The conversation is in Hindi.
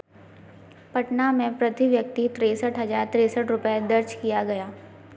पटना में प्रति व्यक्ति तिरसठ हज़ार तिरसठ रुपये दर्ज किया गया